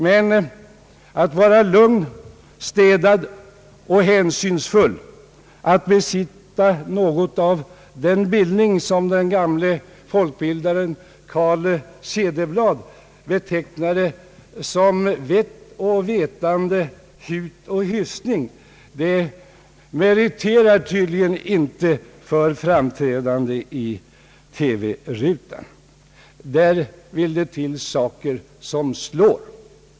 Men att vara lugn, städad och hänsynsfull, att besitta något av den bildning som den gamle folkbildaren Carl Cederblad betecknade som »vett och vetande, hut och hyfsning» meriterar tydligen inte för framträdande i TV-rutan. Där vill det till saker som slår.